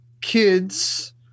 kids